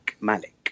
Malik